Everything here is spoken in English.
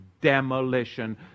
demolition